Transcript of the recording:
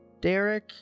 Derek